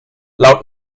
laut